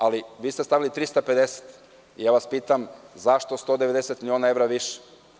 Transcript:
Ali, vi ste stavili 350 i pitam vas zašto 190 miliona više?